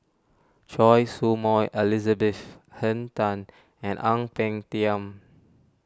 Choy Su Moi Elizabeth Henn Tan and Ang Peng Tiam